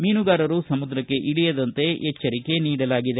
ಮೀನುಗಾರರು ಸಮುದ್ರಕ್ಕೆ ಇಳಿಯದಂತೆ ಎಚ್ಚರಿಕೆ ನೀಡಲಾಗಿದೆ